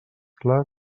clar